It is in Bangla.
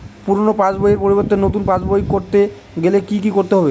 পুরানো পাশবইয়ের পরিবর্তে নতুন পাশবই ক রতে গেলে কি কি করতে হবে?